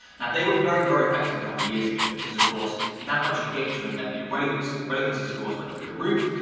they were very, very, effective a couple of years ago because of course that much engagement meant that your relevancy relevancy scores went through the roof,